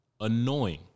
annoying